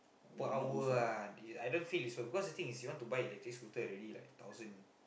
per hour ah I don't feel is so cause you want buy electric scooter already like thousand